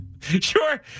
Sure